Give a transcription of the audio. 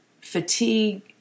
fatigue